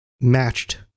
matched